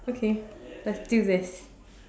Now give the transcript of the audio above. okay let's do this